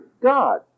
God